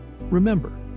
Remember